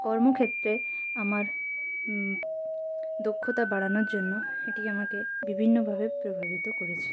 কর্মক্ষেত্রে আমার দক্ষতা বাড়ানোর জন্য এটি আমাকে বিভিন্নভাবে প্রভাবিত করেছে